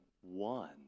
one